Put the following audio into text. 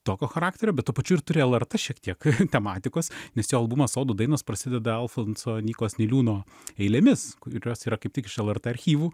tokio charakterio bet tuo pačiu ir turi lrt šiek tiek tematikos nes jo albumas sodų dainos prasideda alfonso nykos niliūno eilėmis kurios yra kaip tik iš lrt archyvų